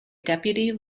deputy